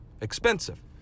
expensive